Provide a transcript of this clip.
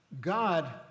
God